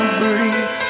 breathe